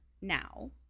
now